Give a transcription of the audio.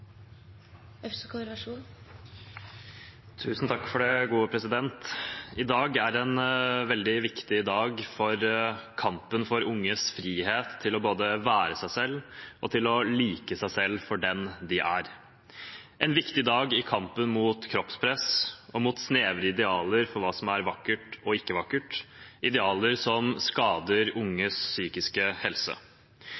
en veldig viktig dag for kampen for unges frihet til både å være seg selv og å like seg selv for den de er – en viktig dag i kampen mot kroppspress og mot snevre idealer for hva som er vakkert og ikke vakkert, idealer som skader